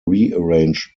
rearranged